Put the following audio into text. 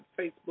Facebook